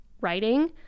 writing